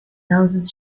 hauses